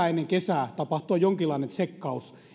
ennen kesää tapahtua jonkinlainen tsekkaus